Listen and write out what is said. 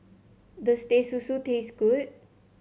does Teh Susu taste good